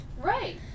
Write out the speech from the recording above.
right